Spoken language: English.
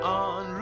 on